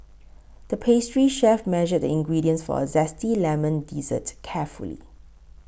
the pastry chef measured the ingredients for a Zesty Lemon Dessert carefully